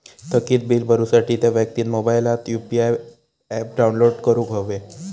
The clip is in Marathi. थकीत बील भरुसाठी त्या व्यक्तिन मोबाईलात यु.पी.आय ऍप डाउनलोड करूक हव्या